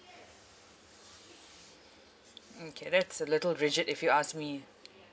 mm kay that's a little rigid if you ask me